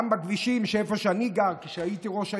גם בכבישים איפה שאני גר, כשהייתי ראש העיר,